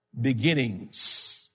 beginnings